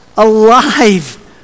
Alive